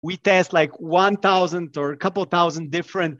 We test like 1,000 or a couple thousand different.